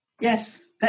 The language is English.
yes